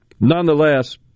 Nonetheless